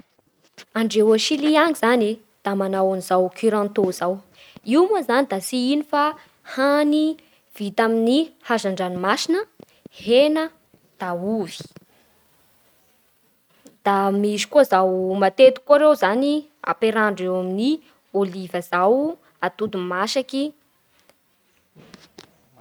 Andreo agny Silia agny zany e da manao an'izao curanto zao. Io moa zany da tsy ino fa hany vita amin'ny hazandranomasina, hena, da ovy. Da misy koa izao matetiky koa ireo zany ampiarahandreo amin'ny ôliva izao, atody masaky.